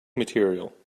material